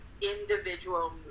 individual